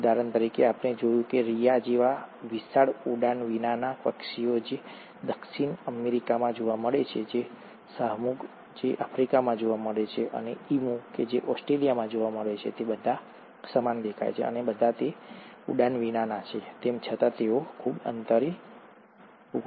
ઉદાહરણ તરીકે તેમણે જોયું કે રિયા જેવા વિશાળ ઉડાન વિનાના પક્ષીઓ જે દક્ષિણ અમેરિકામાં જોવા મળે છે શાહમૃગ જે આફ્રિકામાં જોવા મળે છે અને ઇમુ જે ઓસ્ટ્રેલિયામાં જોવા મળે છે તે બધા સમાન દેખાય છે અને તે બધા ઉડાન વિનાના છે તેમ છતાં તેઓ ખૂબ અંતરે છે